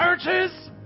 churches